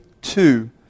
Two